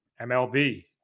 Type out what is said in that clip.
MLB